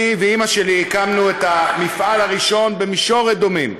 אני ואימא שלי הקמנו את המפעל הראשון במישור-אדומים,